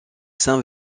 saint